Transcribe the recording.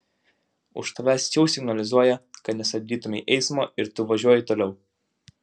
už tavęs jau signalizuoja kad nestabdytumei eismo ir tu važiuoji toliau